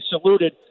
saluted